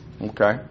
Okay